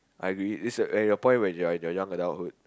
I agree this your point when you're you're young adulthood